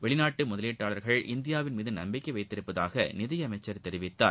வெளிநாட்டு முதலீட்டாளர்கள் இந்தியாவின் மீது நம்பிக்கை வைத்துள்ளதாக நிதியமைச்சர் தெரிவித்தார்